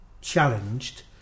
challenged